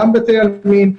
גם בתי עלמין,